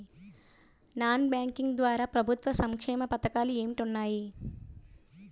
Non banking ద్వారా ప్రభుత్వ సంక్షేమ పథకాలు ఏంటి ఉన్నాయి?